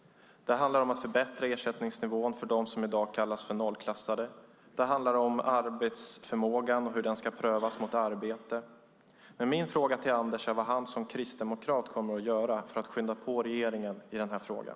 Det handlar om att förbättra ersättningen för dem som i dag kallas för nollklassade. Det handlar om arbetsförmågan och hur den ska prövas mot arbete. Min fråga till Anders är vad han som kristdemokrat kommer att göra för att skynda på regeringen i frågan.